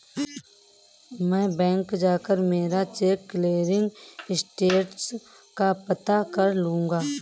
मैं बैंक जाकर मेरा चेक क्लियरिंग स्टेटस का पता कर लूँगा